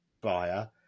buyer